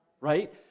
right